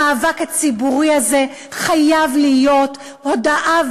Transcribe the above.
המאבק הציבורי הזה חייב להיות הודעה,